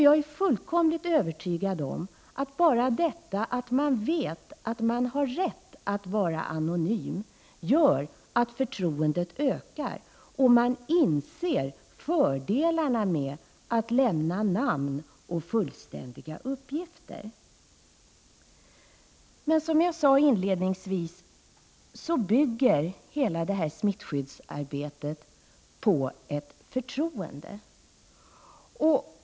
Jag är fullkomligt övertygad om att bara detta att man vet att man har rätt att vara anonym gör att förtroendet ökar och att man inser fördelarna med att lämna namn och fullständiga uppgifter. Men, som jag sade inledningsvis, hela detta smittskyddsarbete bygger på ett förtroende.